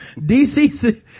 dc